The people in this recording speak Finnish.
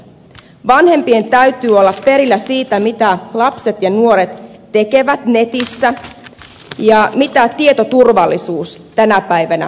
vanhempien täytyy olla perillä siitä mitä lapset ja nuoret tekevät netissä ja mitä tietoturvallisuus tänä päivänä tarkoittaa